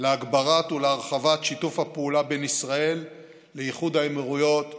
להגברת ולהרחבת שיתוף הפעולה בין ישראל לאיחוד האמירויות בחדשנות,